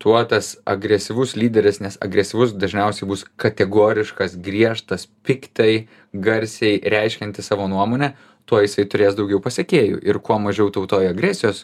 tuo tas agresyvus lyderis nes agresyvus dažniausiai bus kategoriškas griežtas piktai garsiai reiškiantis savo nuomonę tuo jisai turės daugiau pasekėjų ir kuo mažiau tautoje agresijos